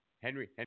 Henry